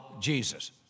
Jesus